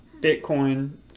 Bitcoin